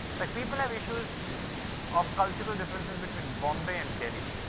like people have issues of cultural differences between bombay and delhi.